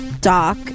Doc